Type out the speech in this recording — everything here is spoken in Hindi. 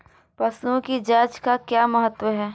पशुओं की जांच का क्या महत्व है?